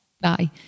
bye